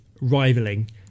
rivaling